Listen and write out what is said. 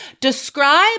Describe